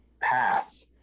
path